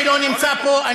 שלא נמצא פה,